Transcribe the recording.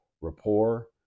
rapport